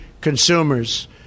consumers